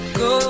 go